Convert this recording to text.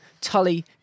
Tully